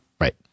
Right